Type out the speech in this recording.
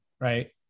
Right